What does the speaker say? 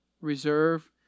reserve